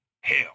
Hell